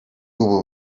ubu